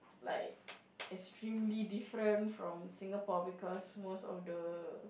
like extremely different from Singapore because most of the